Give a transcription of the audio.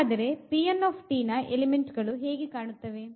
ಹಾಗಾದರೆ ನ ಎಲಿಮೆಂಟ್ ಗಳು ಹೇಗೆ ಕಾಣುತ್ತವೆ